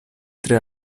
tre